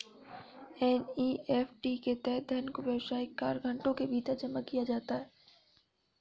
NEFT के तहत धन दो व्यावसायिक कार्य घंटों के भीतर जमा किया जाता है